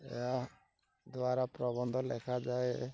ଏହା ଦ୍ୱାରା ପ୍ରବନ୍ଧ ଲେଖାଯାଏ